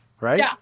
right